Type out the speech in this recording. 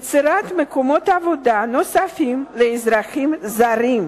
יצירת מקומות עבודה נוספים לאזרחים זרים,